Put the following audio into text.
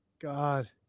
God